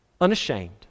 unashamed